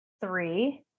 three